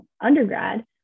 undergrad